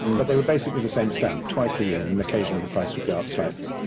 but they were basically the same stamp twice a year. and occasionally the price would go up slightly.